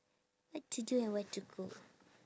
what to do and what to cook